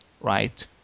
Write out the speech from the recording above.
right